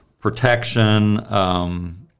protection –